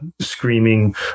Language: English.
screaming